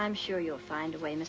i'm sure you'll find a way